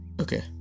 okay